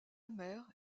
mère